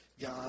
God